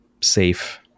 safe